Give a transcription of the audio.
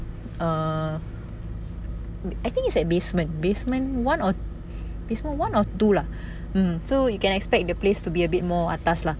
err I think it's at basement basement one or basement one or two lah hmm so you can expect the place to be a bit more atas lah